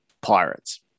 Pirates